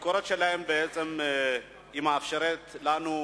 הביקורת שלהם מאפשרת לנו,